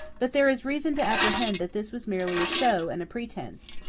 but there is reason to apprehend that this was merely a show and a pretence,